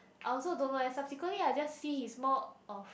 I also don't know eh subsequently I just see he's more of